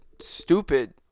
stupid